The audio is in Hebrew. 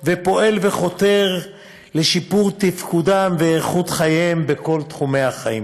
ופועל וחותר לשיפור תפקודם ואיכות חייהם בכל תחומי החיים.